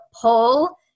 pull